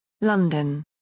London